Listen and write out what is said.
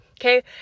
okay